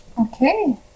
Okay